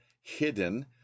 hidden